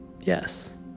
Yes